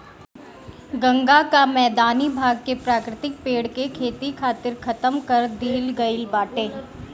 गंगा कअ मैदानी भाग के प्राकृतिक पेड़ के खेती खातिर खतम कर दिहल गईल बाटे